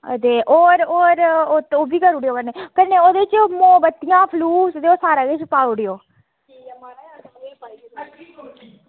ते होर होर उत्त ओह्बी करी ओड़ेओ कन्नै ओह्दे च मोमबत्तियां फलूस ते सारा किश पाई ओड़ेओ